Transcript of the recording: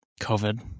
COVID